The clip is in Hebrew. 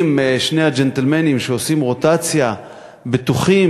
אם שני הג'נטלמנים שעושים רוטציה בטוחים